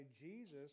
Jesus